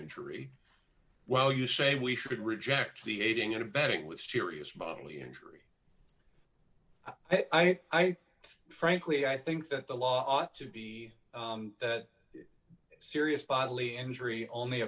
injury well you say we should reject the aiding and abetting with serious bodily injury i think i frankly i think that the law ought to be that serious bodily injury only